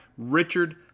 Richard